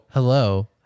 hello